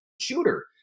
shooter